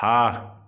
हाँ